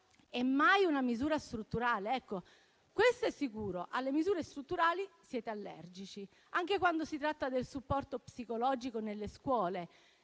e mai una misura strutturale. Questo è sicuro: alle misure strutturali siete allergici. Anche quando si tratta del supporto psicologico nelle scuole,